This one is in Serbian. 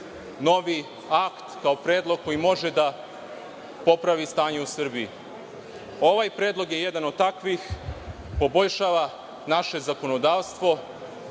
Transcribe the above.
novi akt kao predlog koji može da popravi stanje u Srbiji. Ovaj predlog je jedan od takvih, poboljšava naše zakonodavstvo,